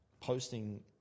posting